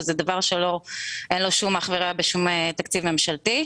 זה דבר שאין לו אח ורע בשום תקציב ממשלתי.